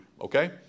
okay